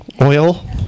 oil